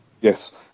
yes